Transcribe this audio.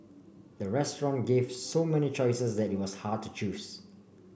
the restaurant gave so many choices that it was hard to choose